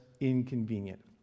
inconvenient